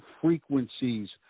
frequencies